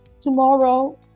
tomorrow